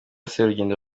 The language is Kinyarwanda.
serugendo